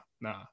nah